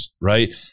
right